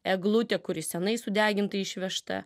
eglutė kuri seniai sudeginta išvežta